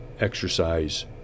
exercise